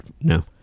no